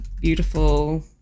beautiful